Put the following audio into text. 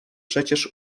przecież